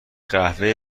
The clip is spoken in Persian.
قهوه